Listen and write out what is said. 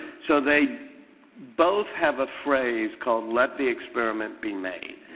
so they both have a phrase called let the experiment be made.